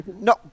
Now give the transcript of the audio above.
no